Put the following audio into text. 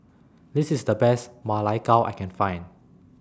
This IS The Best Ma Lai Gao that I Can Find